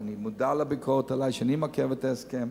ואני מודע לביקורת עלי שאני מעכב את ההסכם: